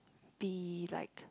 be like